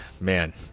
Man